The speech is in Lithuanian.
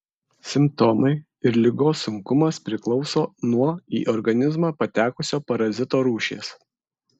simptomai ir ligos sunkumas priklauso nuo į organizmą patekusio parazito rūšies